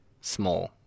small